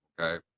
okay